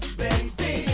baby